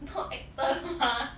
not actor mah